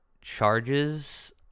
charges